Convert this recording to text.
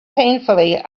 painfully